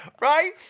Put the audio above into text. right